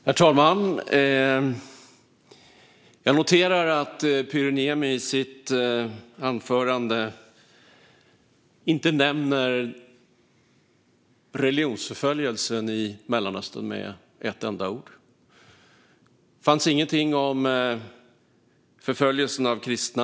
Herr talman! Jag noterar att Pyry Niemi i sitt anförande inte nämnde religionsförföljelsen i Mellanöstern med ett enda ord. Det fanns ingenting om förföljelsen av kristna.